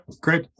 great